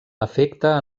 afecta